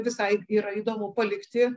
visai yra įdomu palikti